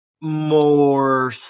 more